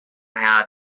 how